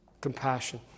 Compassion